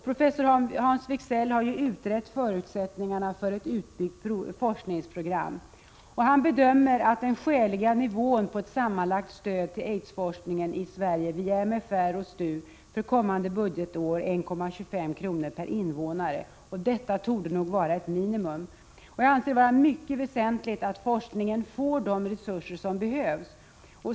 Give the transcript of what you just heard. Professor Hans Wigzell har utrett förutsättningarna för ett utbyggt forskningsprogram, och han bedömer att den skäliga nivån på ett sammanlagt stöd till aidsforskningen i Sverige via MFR och STU för kommande budgetår är 1:25 kr. per invånare. Detta torde vara ett minimum. Jag anser det vara mycket väsentligt att forskningen får de resurser som behövs.